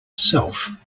self